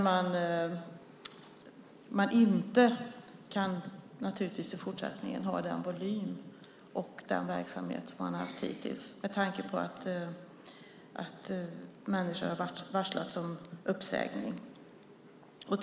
Man kan inte i fortsättningen ha den volym och den verksamhet som man har haft hittills med tanke på att människor har varslats om uppsägning.